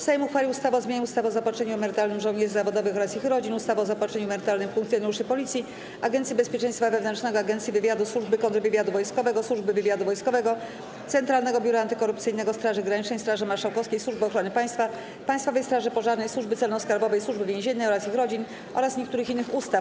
Sejm uchwalił ustawę o zmianie ustawy o zaopatrzeniu emerytalnym żołnierzy zawodowych oraz ich rodzin, ustawy o zaopatrzeniu emerytalnym funkcjonariuszy Policji, Agencji Bezpieczeństwa Wewnętrznego, Agencji Wywiadu, Służby Kontrwywiadu Wojskowego, Służby Wywiadu Wojskowego, Centralnego Biura Antykorupcyjnego, Straży Granicznej, Straży Marszałkowskiej, Służby Ochrony Państwa, Państwowej Straży Pożarnej, Służby Celno-Skarbowej i Służby Więziennej oraz ich rodzin oraz niektórych innych ustaw.